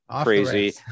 crazy